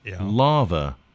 Lava